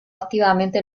activamente